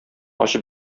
ачып